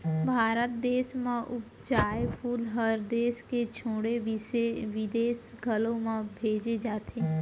भारत देस म उपजाए फूल हर देस के छोड़े बिदेस घलौ म भेजे जाथे